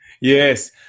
Yes